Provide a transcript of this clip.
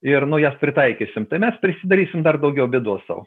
ir nu jo pritaikysim tai mes prisidarysim dar daugiau bėdos sau